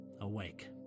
awake